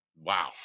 wow